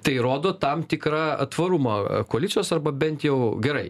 tai rodo tam tikrą tvarumą koalicijos arba bent jau gerai